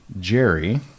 Jerry